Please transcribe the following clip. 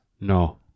No